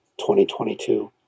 2022